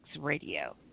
Radio